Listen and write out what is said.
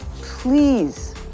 please